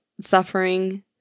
suffering